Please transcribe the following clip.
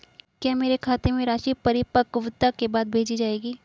क्या मेरे खाते में राशि परिपक्वता के बाद भेजी जाएगी?